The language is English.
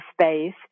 space